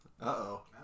Uh-oh